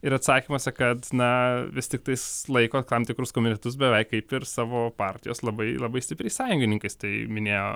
ir atsakymuose kad na vis tiktais laiko tam tikrus komitetus beveik kaip ir savo partijos labai labai stipriais sąjungininkais tai minėjo